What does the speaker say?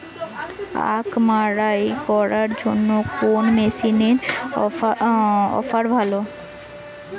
আখ মাড়াই করার জন্য কোন মেশিনের অফার ভালো?